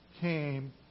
came